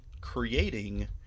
creating